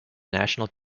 national